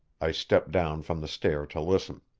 i stepped down from the stair to listen.